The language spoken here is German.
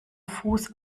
fuß